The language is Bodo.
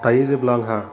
दायो जेब्ला आंहा